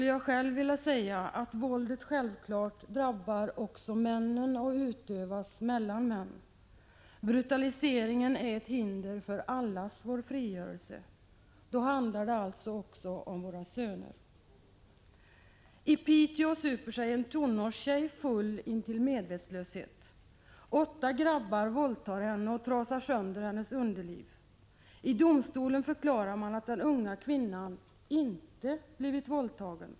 Jag vill tillägga att våldet självfallet också drabbar männen och utövas män emellan — brutaliseringen är ett hinder för allas vår frigörelse. Det handlar då också om våra söner. I Piteå super sig en tonårstjej så full att hon nästan är medvetslös. Åtta grabbar våldtar henne och trasar sönder hennes underliv. I domstolen förklarar man att den unga kvinnan inte har blivit våldtagen.